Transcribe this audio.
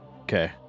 Okay